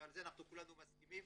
ועל זה כולנו מסכימים.